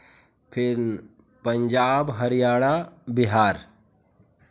फिर पंजाब हरियाणा बिहार